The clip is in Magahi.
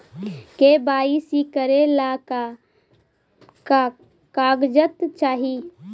के.वाई.सी करे ला का का कागजात चाही?